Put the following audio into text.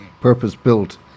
purpose-built